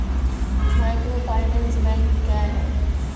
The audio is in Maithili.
माइक्रोफाइनेंस बैंक क्या हैं?